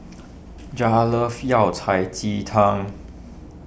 Jared loves Yao Cai Ji Tang